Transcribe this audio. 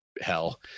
hell